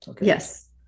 Yes